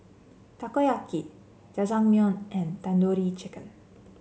Takoyaki Jajangmyeon and Tandoori Chicken